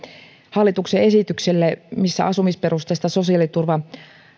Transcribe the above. hallituksen esitykselle missä asumisperusteista